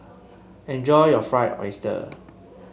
enjoy your Fried Oyster